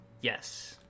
Yes